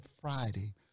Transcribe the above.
Friday